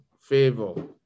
favor